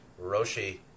Roshi